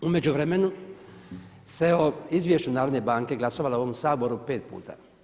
U međuvremenu se o izvješću Narodne banke glasovalo u ovom Saboru pet puta.